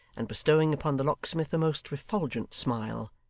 and bestowing upon the locksmith a most refulgent smile,